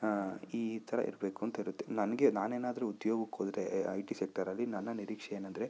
ಆಂ ಈ ಥರ ಇರಬೇಕು ಅಂತಿರುತ್ತೆ ನನಗೆ ನಾನೇನಾದ್ರು ಉದ್ಯೋಗಕ್ಕೋದ್ರೇ ಐ ಟಿ ಸೆಕ್ಟರಲ್ಲಿ ನನ್ನ ನಿರೀಕ್ಷೆ ಏನೆಂದ್ರೆ